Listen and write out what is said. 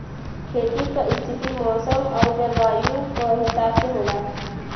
खेती क स्थिति मौसम आउर जलवायु क हिसाब से होला